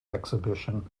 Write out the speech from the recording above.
exhibition